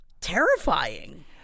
terrifying